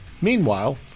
Meanwhile